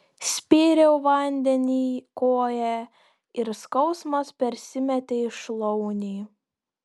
spyriau vandenyj koja ir skausmas persimetė į šlaunį